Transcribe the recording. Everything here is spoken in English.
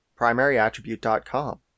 primaryattribute.com